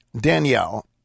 Danielle